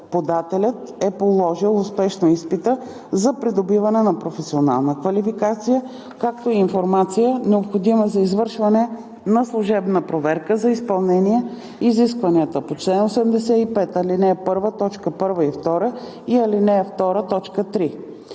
подателят е положил успешно изпита за придобиване на професионална квалификация, както и информация необходима за извършване на служебна проверка за изпълнение на изискванията по чл. 85, ал. 1, т.